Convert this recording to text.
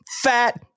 fat